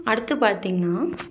அடுத்து பார்த்தீங்கனா